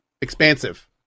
expansive